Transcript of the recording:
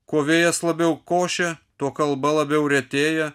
kuo vėjas labiau košia tuo kalba labiau retėja